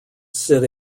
sit